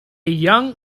young